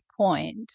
point